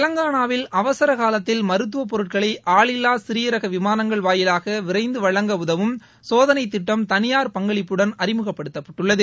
தெலங்கானாவில் அவசர காலத்தில் மருத்துவப் பொருட்களை ஆளில்வா சிறியரக விமானங்கள் வாயிலாக விரைந்து வழங்க உதவும் சோதனை திட்டம் தனியார் பங்களிப்புடன் அறிமுகப்படுத்த உள்ளது